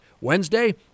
Wednesday